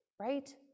right